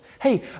Hey